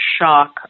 shock